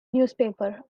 newspaper